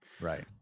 Right